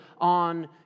on